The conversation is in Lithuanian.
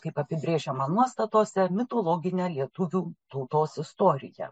kaip apibrėžiama nuostatose mitologinę lietuvių tautos istoriją